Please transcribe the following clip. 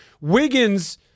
Wiggins